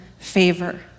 favor